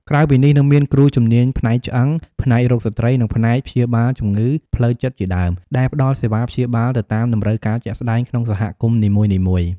ក្រៅពីនេះ នៅមានគ្រូជំនាញផ្នែកឆ្អឹង ផ្នែករោគស្ត្រី និងផ្នែកព្យាបាលជំងឺផ្លូវចិត្តជាដើម ដែលផ្តល់សេវាព្យាបាលទៅតាមតម្រូវការជាក់ស្តែងក្នុងសហគមន៍នីមួយៗ។